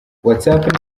whatsapp